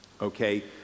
okay